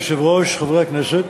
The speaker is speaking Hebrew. אדוני היושב-ראש, חברי הכנסת,